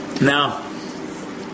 Now